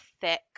thick